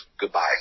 goodbye